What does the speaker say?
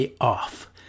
Off